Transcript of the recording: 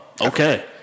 okay